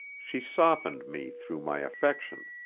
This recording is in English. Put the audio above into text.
she softened me through my affection.